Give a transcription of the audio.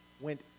went